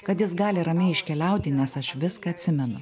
kad jis gali ramiai iškeliauti nes aš viską atsimenu